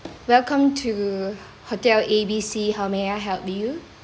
welcome to hotel A B C how may I help you